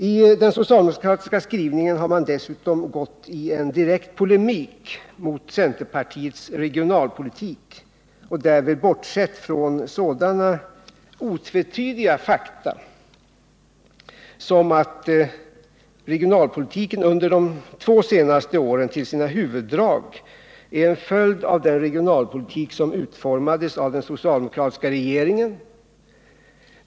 I sin skrivning har socialdemokraterna dessutom gått i en direkt polemik mot centerpartiets regionalpolitik och därvid bortsett från sådana otvetydiga fakta som att regionalpolitiken under de två senaste åren till sina huvuddrag är en följd av den regionalpolitik som utformades av den socialdemokratiska regeringen.